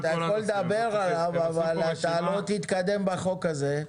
אתה יכול לדבר עליו אבל אתה לא תתקדם בחוק הזה.